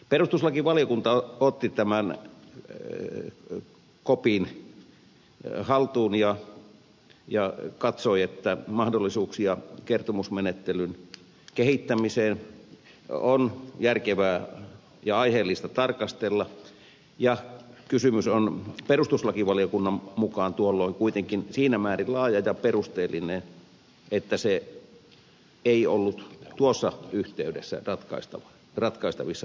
perustuslakivaliokunta otti tämän kopin haltuun ja katsoi että mahdollisuuksia kertomusmenettelyn kehittämiseen on järkevää ja aiheellista tarkastella ja kysymys on perustuslakivaliokunnan mukaan tuolloin kuitenkin siinä määrin laaja ja perusteellinen että se ei ollut tuossa yhteydessä ratkaistavissa oleva asia